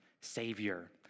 Savior